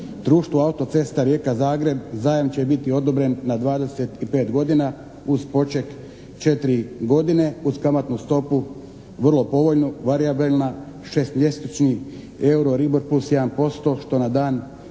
društvo "Autocesta Rijeka-Zagreb", zajam će biti odobren na 25 godina uz poček 4 godine, uz kamatnu stopu vrlo povoljnu, varijabilna šestmjesečnih euro …/Govornik se ne